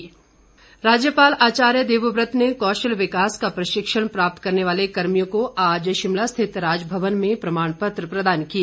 प्रमाण पत्र राज्यपाल आचार्य देवव्रत ने कौशल विकास का प्रशिक्षण प्राप्त करने वाले कर्मियों को आज शिमला स्थित राजमवन में प्रमाणपत्र प्रदान किए